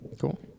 cool